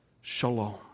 Shalom